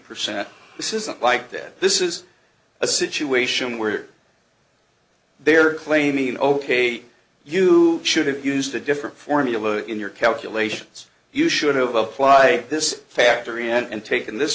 percent this isn't like that this is a situation where they are claiming ok you should have used a different formula in your calculations you should've apply this factory and taken this